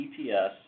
EPS